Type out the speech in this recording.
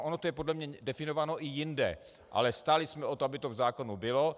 Ono to je podle mě definováno i jinde, ale stáli jsme o to, aby to v zákoně bylo.